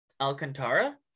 Alcantara